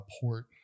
port